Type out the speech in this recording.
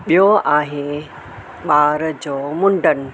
ॿियो आहे ॿार जो मुंडन